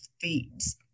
feeds